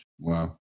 Wow